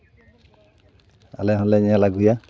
ᱟᱞᱮ ᱦᱚᱸᱞᱮ ᱧᱮᱞ ᱟᱹᱜᱩᱭᱟ